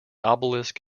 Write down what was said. obelisk